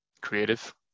creative